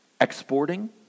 exporting